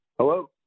Hello